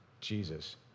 Jesus